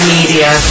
Media